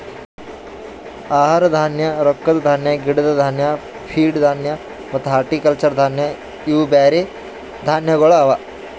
ಆಹಾರ ಧಾನ್ಯ, ರೊಕ್ಕದ ಧಾನ್ಯ, ಗಿಡದ್ ಧಾನ್ಯ, ಫೀಡ್ ಧಾನ್ಯ ಮತ್ತ ಹಾರ್ಟಿಕಲ್ಚರ್ ಧಾನ್ಯ ಇವು ಬ್ಯಾರೆ ಧಾನ್ಯಗೊಳ್ ಅವಾ